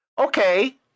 okay